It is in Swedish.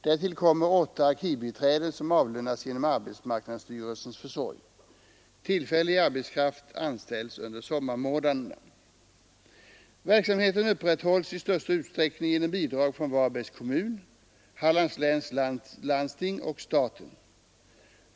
Därtill kommer 8 arkivbiträden, som avlönas genom arbetsmarknadsstyrelsens försorg. Tillfällig arbetskraft anställs under sommarmånaderna. Verksamheten upprätthålls i största utsträckning genom bidrag från Varbergs kommun, Hallands läns landsting och staten.